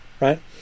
right